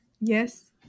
yes